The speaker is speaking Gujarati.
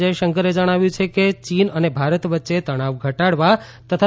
જયશંકરે જણાવ્યું છે કે ચીન અને ભારત વચ્ચે તણાવ ઘટાડવા તથા